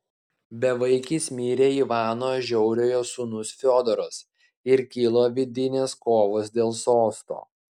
bevaikis mirė ivano žiauriojo sūnus fiodoras ir kilo vidinės kovos dėl sosto